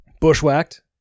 Bushwhacked